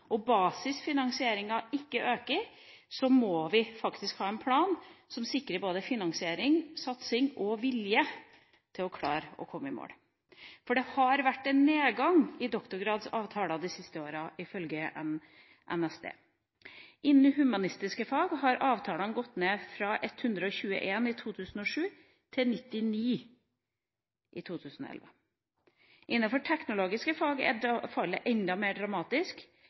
og basisfinansieringa ikke øker, må vi faktisk ha en plan som sikrer både finansiering, satsing og vilje til å klare å komme i mål. For det har vært en nedgang i doktorgradsavtaler de siste åra, ifølge NSD. Innen humanistiske fag har avtalene gått ned fra 121 i 2007 til 99 i 2011. Innenfor teknologiske fag er fallet enda mer dramatisk,